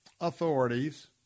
authorities